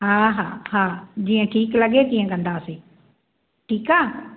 हा हा हा जीअं ठीकु लॻे तीअं कंदासीं ठीकु आहे